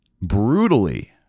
brutally